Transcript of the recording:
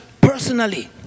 personally